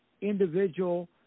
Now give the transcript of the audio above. individual